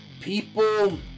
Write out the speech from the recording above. people